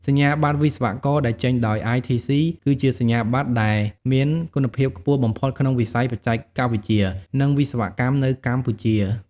សញ្ញាបត្រវិស្វករដែលចេញដោយ ITC គឺជាសញ្ញាបត្រដែលមានគុណភាពខ្ពស់បំផុតក្នុងវិស័យបច្ចេកវិទ្យា និងវិស្វកម្មនៅកម្ពុជា។